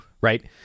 right